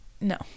No